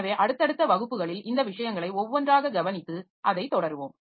எனவே அடுத்தடுத்த வகுப்புகளில் இந்த விஷயங்களை ஒவ்வொன்றாக கவனித்து அதைத் தொடருவோம்